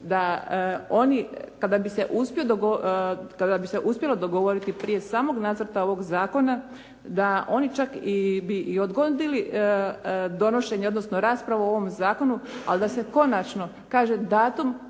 da oni kada bi se uspjelo dogovoriti prije samog nacrta ovog zakona, da bi oni čak i odgodili donošenje, odnosno raspravu o ovom zakonu, ali da se konačno kaže datum